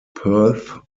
perth